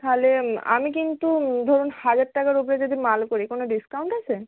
তাহলে আমি কিন্তু ধরুন হাজার টাকার ওপরে যদি মাল করি কোনো ডিসকাউন্ট আছে